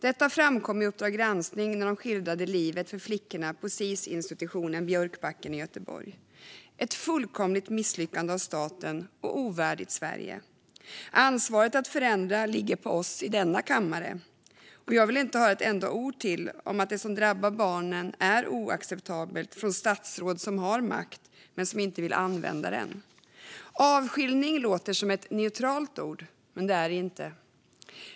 Det framkom i Uppdrag granskning när man skildrade livet för flickorna på Sis-institutionen Björkbacken i Göteborg. Detta är ett fullkomligt misslyckande av staten och ovärdigt Sverige. Ansvaret för att förändra det ligger på oss i denna kammare, och jag vill inte höra ett enda ord till om att det som drabbar barnen är oacceptabelt från statsråd som har makt men inte vill använda den. "Avskiljning" låter som ett neutralt ord, men det är det inte.